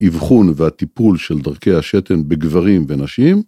אבחון והטיפול של דרכי השתן בגברים ונשים.